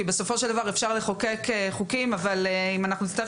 בסופו של דבר אפשר לחוקק חוקים אבל אם אנחנו נצטרך